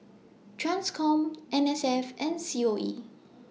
TRANSCOM N S F and C O E